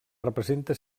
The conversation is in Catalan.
representa